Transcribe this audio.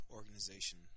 organization